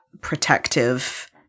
protective